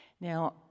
Now